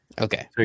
Okay